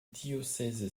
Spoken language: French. diocèse